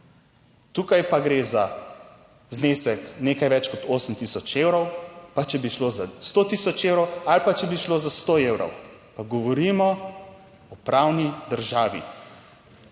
Tukaj pa gre za znesek nekaj več kot 8 tisoč evrov, pa če bi šlo za 100 tisoč evrov ali pa če bi šlo za 100 evrov, pa govorimo o pravni državi.